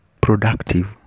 productive